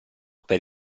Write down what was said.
per